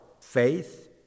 faith